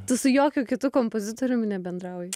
tu su jokiu kitu kompozitoriumi nebendrauji